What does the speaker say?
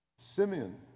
Simeon